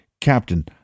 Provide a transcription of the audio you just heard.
Captain